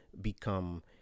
become